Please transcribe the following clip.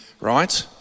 Right